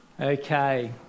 Okay